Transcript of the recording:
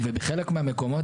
ובחלק מהמקומות,